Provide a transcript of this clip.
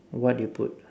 what you put